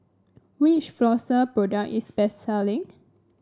which Floxia product is best selling